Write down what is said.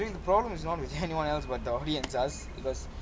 real the problem is not with anyone else but the audience us because